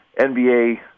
NBA